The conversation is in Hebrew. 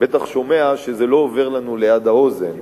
בטח שומע שזה לא עובר לנו ליד האוזן.